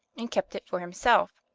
and kept it for himself,